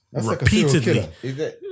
Repeatedly